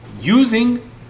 using